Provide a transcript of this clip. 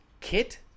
Kit